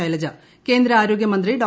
ശൈലജ കേന്ദ്ര ആരോഗ്യ മന്ത്രി ഡോ